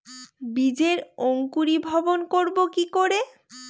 বীজের অঙ্কুরিভবন করব কি করে?